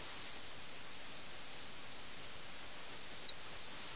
ലഖ്നൌ പൂർണമായും അഴിമതി നിറഞ്ഞ നഗരമായി കണക്കാക്കപ്പെടുന്നത് വളരെ രസകരമാണ്